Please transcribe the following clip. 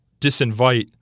disinvite